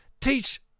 teach